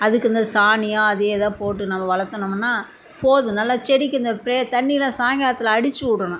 அதுக்கு இந்த சாணியோ அது ஏதா போட்டு நம்ம வளர்த்துனோம்னா போதும் நல்லா செடிக்கு இந்த ப்ரே தண்ணியெலாம் சாயங்காலத்துல அடிச்சு விடணும்